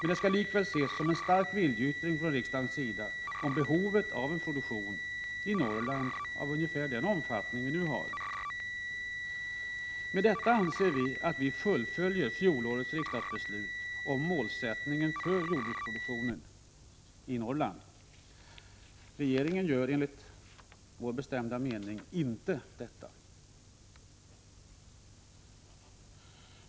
Det skall likväl ses som en stark viljeyttring från riksdagens sida om behovet av en produktion i Norrland av ungefär nuvarande omfattning. Med detta anser vi att vi fullföljer fjolårets riksdagsbeslut om målsättningen för jordbruksproduktionen i Norrland. Regeringen gör det inte enligt vår bestämda uppfattning.